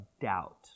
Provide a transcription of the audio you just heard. doubt